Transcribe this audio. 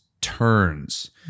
turns